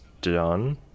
done